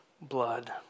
blood